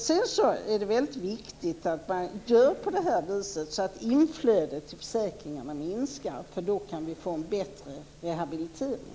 Det är väldigt viktigt att man gör på det här viset så att inflödet till försäkringarna minskar. Då kan vi få en bättre rehabilitering.